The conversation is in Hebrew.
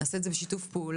נעשה את זה בשיתוף פעולה,